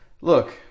look